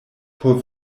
por